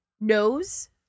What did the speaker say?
nose